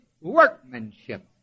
workmanship